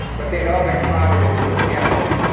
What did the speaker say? but they had all been crowded into a ghetto,